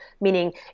meaning